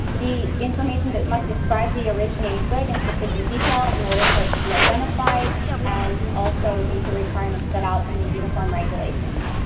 the information but must describe the originating good in sufficient detail in order for it to be identified and also meet the requirements set out in the uniform regulations.